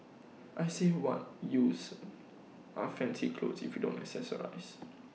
I say what use are fancy clothes if you don't accessories